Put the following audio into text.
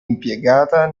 impiegata